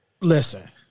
Listen